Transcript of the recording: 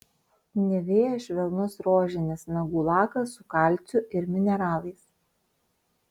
nivea švelnus rožinis nagų lakas su kalciu ir mineralais